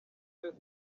twese